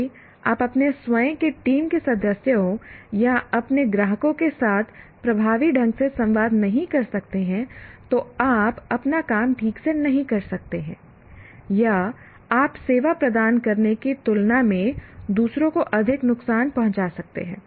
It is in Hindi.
यदि आप अपने स्वयं के टीम के सदस्यों या अपने ग्राहकों के साथ प्रभावी ढंग से संवाद नहीं कर सकते हैं तो आप अपना काम ठीक से नहीं कर सकते हैं या आप सेवा प्रदान करने की तुलना में दूसरों को अधिक नुकसान पहुंचा सकते हैं